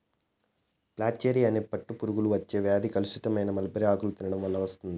flacherie అనే పట్టు పురుగులకు వచ్చే వ్యాధి కలుషితమైన మల్బరీ ఆకులను తినడం వల్ల వస్తుంది